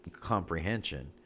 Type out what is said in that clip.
comprehension